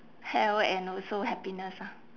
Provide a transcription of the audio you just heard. health and also happiness ah